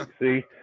see